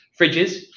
fridges